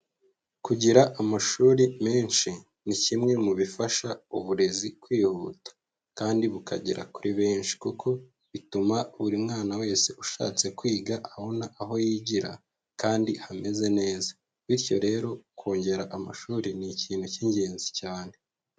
Kugira amashuri menshi ni kimwe mu bifasha uburezi kwihuta, kandi bukagera kuri benshi kuko bituma buri mwana wese ushatse kwiga abona aho yigira kandi hameze neza, bityo rero kongera amashuri n'ikintu cy'ingenzi cyane.